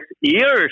years